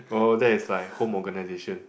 oh that is like home organization